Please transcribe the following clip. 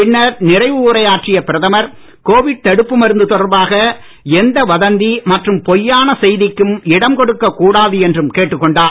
பின்னர் நிறைவு உரையாற்றிய பிரதமர் கோவிட் தடுப்பு மருந்து தொடர்பாக எந்த வதந்தி மற்றும் பொய்யான செய்திக்கும் இடம் கொடுக்கக் கூடாது என்றும் கேட்டுக் கொண்டார்